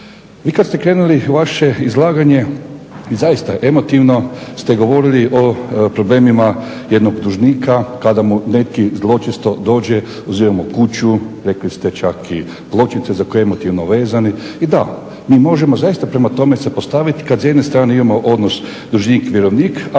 Vi kad ste krenuli u vaše izlaganje i zaista emotivno ste govorili o problemima jednog dužnika kada mu neki zločesto dođe, uzima mu kuću, rekli ste čak i pločice za koje je emotivno vezan i da, mi možemo zaista prema tome se postaviti kad s jedne strane imamo odnos dužnik-vjerovnik,